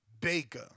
Baker